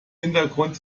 hintergrund